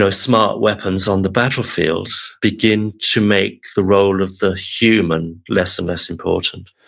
ah smart weapons on the battlefield, begin to make the role of the human less and less important